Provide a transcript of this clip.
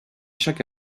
chaque